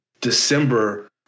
December